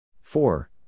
Four